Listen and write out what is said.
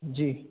जी